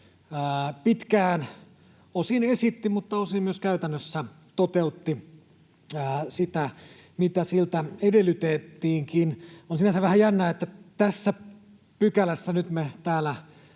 pitkään, osin esitti mutta osin myös käytännössä toteutti sitä, mitä siltä edellytettiinkin. On sinänsä vähän jännää, että nyt tässä pykälässä täällä